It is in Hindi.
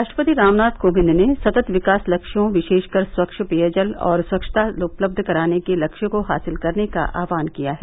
राष्ट्रपति रामनाथ कोविंद ने सतत विकास लक्ष्यों विशेषकर स्वच्छ पेयजल और स्वच्छता उपलब्ध कराने के लक्ष्य को हासिल करने का आह्वान किया है